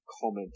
comment